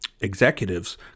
executives